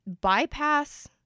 Bypass